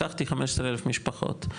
לקחתי 15,000 משפחות.